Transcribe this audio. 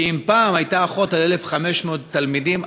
אם פעם הייתה אחות ל-1,500 תלמידים,